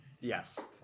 Yes